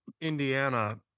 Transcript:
Indiana